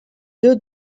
deux